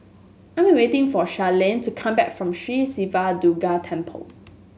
I am waiting for Charlene to come back from Sri Siva Durga Temple